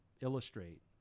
illustrate